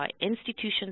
institutions